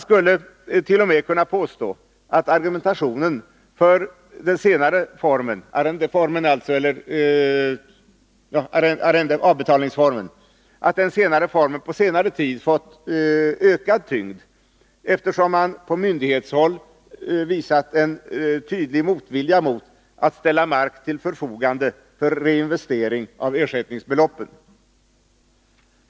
Jag vill rent av påstå att argumentationen för avbetalningsformen på senare tid fått ökad tyngd, eftersom man på myndighetshåll visat en tydlig motvilja mot att ställa mark till förfogande för reinvestering av ersättningsbeloppen.